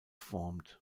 formed